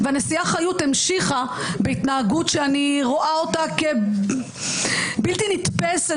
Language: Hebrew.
והנשיאה חיות המשיכה בהתנהגות שאני רואה אותה כבלתי נתפסת